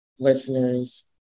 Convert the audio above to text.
Listeners